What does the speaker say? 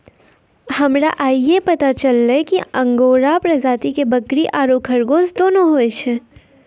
हमरा आइये पता चललो कि अंगोरा प्रजाति के बकरी आरो खरगोश दोनों होय छै